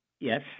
Yes